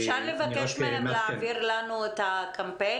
אפשר לבקש מהם להעביר לנו את הקמפיין